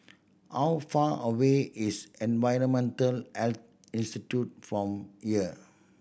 how far away is Environmental Health Institute from here